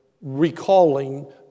recalling